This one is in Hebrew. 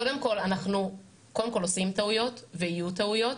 קודם כל עושים טעויות ויהיו טעויות,